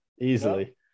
easily